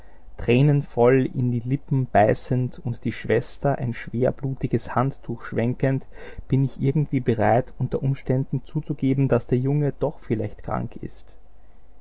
volk tränenvoll in die lippen beißend und die schwester ein schwer blutiges handtuch schwenkend bin ich irgendwie bereit unter umständen zuzugeben daß der junge doch vielleicht krank ist